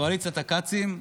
קואליציית הכצים.